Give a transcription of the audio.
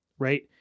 Right